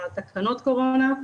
תקנות קורונה,